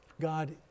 God